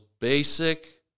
basic